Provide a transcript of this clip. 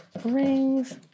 rings